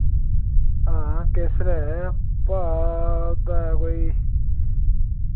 आं केसर ऐ भाव दा कोई